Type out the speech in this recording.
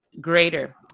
greater